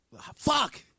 Fuck